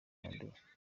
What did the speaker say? yanduye